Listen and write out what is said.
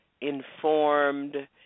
informed